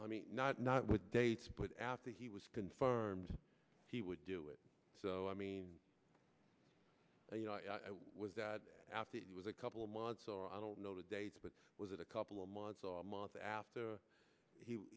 i mean not not with dates but after he was confirmed he would do it so i mean you know was that after it was a couple of months or i don't know the dates but was it a couple of months or a month after he